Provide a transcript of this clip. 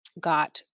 got